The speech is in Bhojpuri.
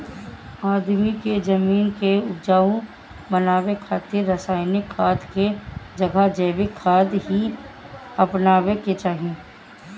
आदमी के जमीन के उपजाऊ बनावे खातिर रासायनिक खाद के जगह जैविक खाद ही अपनावे के चाही